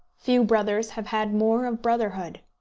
few brothers have had more of brotherhood.